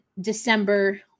December